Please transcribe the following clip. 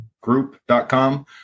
group.com